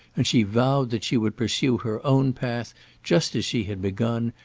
and she vowed that she would pursue her own path just as she had begun,